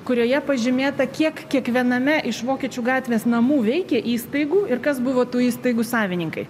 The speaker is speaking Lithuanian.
kurioje pažymėta kiek kiekviename iš vokiečių gatvės namų veikė įstaigų ir kas buvo tų įstaigų savininkai